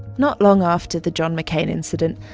not long after the john mccain incident,